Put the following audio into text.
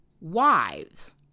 wives